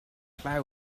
cloud